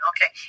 Okay